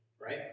Right